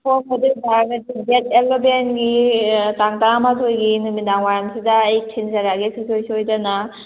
ꯍꯣꯏ ꯑꯗꯨꯏ ꯇꯥꯔꯒꯗꯤ ꯗꯦꯠ ꯑꯦꯂꯦꯚꯦꯟꯒꯤ ꯇꯥꯡ ꯇꯔꯥꯃꯥꯊꯣꯏꯒꯤ ꯅꯨꯃꯤꯗꯥꯡꯋꯥꯏꯔꯝꯁꯤꯗ ꯑꯩ ꯊꯤꯟꯖꯔꯛꯑꯒꯦ ꯁꯨꯡꯁꯣꯏ ꯁꯣꯏꯗꯅ